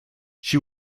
she